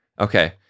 Okay